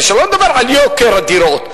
ולא נדבר על יוקר הדירות,